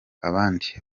abandi